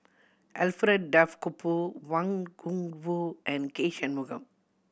Alfred Duff Cooper Wang Gungwu and K Shanmugam